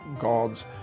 God's